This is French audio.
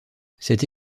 cette